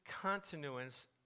continuance